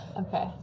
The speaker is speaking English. okay